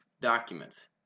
document